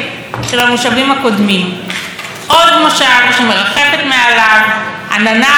עוד מושב שמרחפת מעליו עננה אפורה ומאיימת של פגיעה